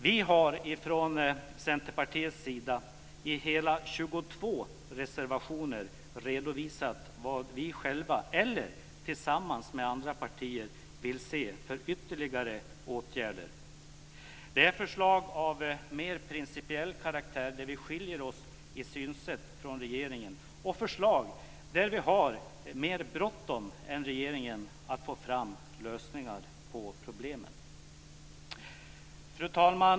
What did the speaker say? Vi i Centerpartiet har i hela 22 reservationer redovisat vilka ytterligare åtgärder som vi själva, eller tillsammans med andra partier, vill se. Det är förslag av mer principiell karaktär där vi skiljer oss i synsätt från regeringen och förslag där vi har mer bråttom än regeringen med att få fram lösningar på problemen. Fru talman!